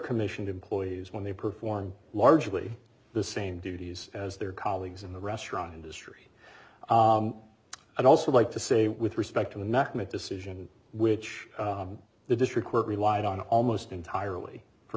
commission to employees when they perform largely the same duties as their colleagues in the restaurant industry i'd also like to say with respect to the nomic decision which the district court relied on almost entirely f